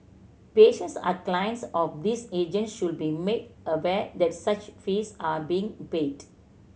patients are clients of these agent should be made aware that such fees are being paid